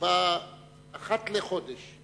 שבה אחת לחודש,